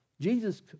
Jesus